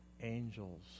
Angels